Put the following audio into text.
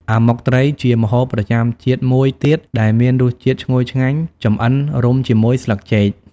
អាម៉ុកត្រី ជាម្ហូបប្រចាំជាតិមួយទៀតដែលមានរសជាតិឈ្ងុយឆ្ងាញ់ ចម្អិនរុំជាមួយស្លឹកចេក ។